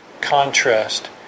contrast